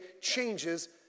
changes